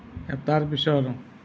এটাৰ পিছৰ